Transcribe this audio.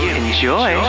enjoy